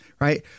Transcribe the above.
Right